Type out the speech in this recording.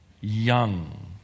young